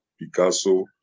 Picasso